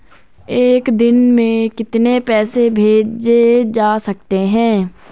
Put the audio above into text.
एक दिन में कितने पैसे भेजे जा सकते हैं?